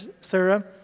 Sarah